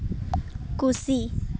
ᱠᱩᱥᱤ